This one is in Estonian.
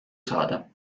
saada